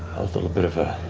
a little bit of a